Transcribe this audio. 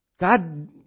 God